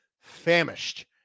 famished